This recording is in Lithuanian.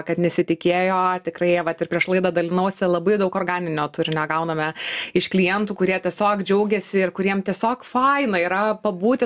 kad nesitikėjo tikrai vat ir prieš laidą dalinausi labai daug organinio turinio gauname iš klientų kurie tiesiog džiaugiasi ir kuriem tiesiog faina yra pabūti